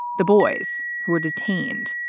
the boys who were detained.